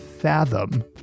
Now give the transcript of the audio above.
fathom